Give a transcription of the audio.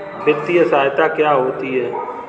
वित्तीय सहायता क्या होती है?